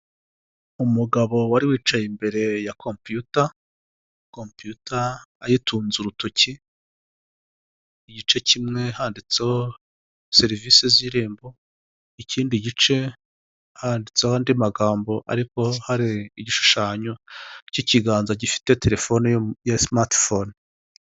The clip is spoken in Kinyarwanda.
Umugabo wari wicaye imbere ya kompiyuta, kompiyuta ayitunze urutoki igice kimwe handitseho serivisi z'irembo, ikindi gice handitseho andi magambo ariko hari igishushanyo cy'ikiganza gifite telefone ya simatifone.